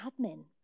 admin